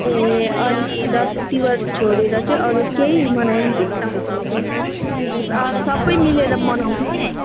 ए अनि दसैँ तिहार छोडेर चाहिँ अरू केही मनाइन्छ सबै मिलेर मनाउने